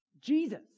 Jesus